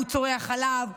הוא צורח עליו,